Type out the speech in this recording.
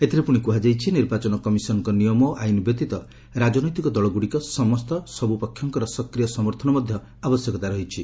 ଏଥିରେ ପୁଣି କୁହାଯାଇଛି ନିର୍ବାଚନ କମିଶନଙ୍କ ନିୟମ ଓ ଆଇନ୍ ବ୍ୟତୀତ ରାଜନୈତିକ ଦଳଗୁଡ଼ିକ ସମେତ ସବୁ ପକ୍ଷଙ୍କର ସକ୍ରିୟ ସମର୍ଥନ ମଧ୍ୟ ଆବଶ୍ୟକତା ରହିଛି